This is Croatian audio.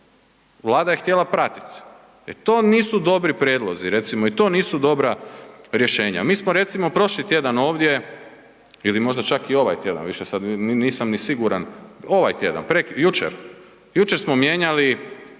Vlada je htjela pratit. E to nisu dobri prijedlozi recimo i to nisu dobra rješenja. Mi smo recimo prošli tjedan ovdje ili možda čak i ovaj tjedan, više sad nisam ni siguran, ovaj tjedan, jučer, jučer smo mijenjali,